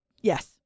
Yes